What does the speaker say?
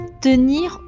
tenir